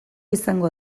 izango